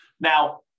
Now